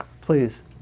Please